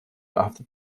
after